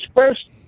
first